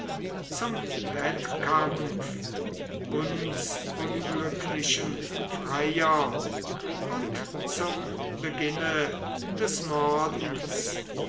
zum wettkampf uns unglücklichen freiern und zum beginne des mordens